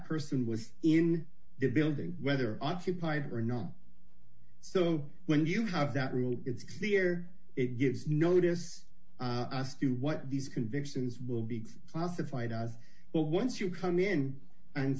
person was in the building whether occupied or not so when you have that route it's clear it gives notice as to what these convictions will be classified as well once you come in and